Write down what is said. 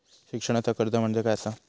शिक्षणाचा कर्ज म्हणजे काय असा?